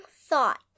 thought